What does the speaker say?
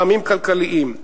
טעמים כלכליים,